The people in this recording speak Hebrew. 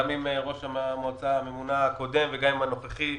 גם עם ראש המועצה הממונה הקודם וגם עם הנוכחי.